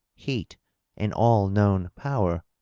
heat and all known power?